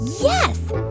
Yes